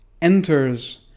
enters